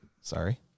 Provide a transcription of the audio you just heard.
Sorry